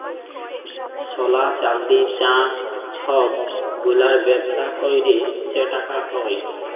সলা, চাল্দি, চাঁ ছব গুলার ব্যবসা ক্যইরে যে টাকা হ্যয়